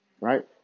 right